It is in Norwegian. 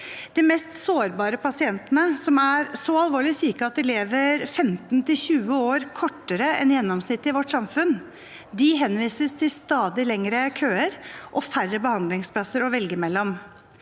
De mest sårbare pasientene som er så alvorlig syke at de lever 15–20 år kortere enn gjennomsnittet i vårt samfunn, henvises til stadig lengre køer og færre behandlingsplasser å velge mellom.